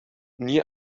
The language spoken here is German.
nie